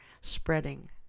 spreading